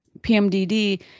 PMDD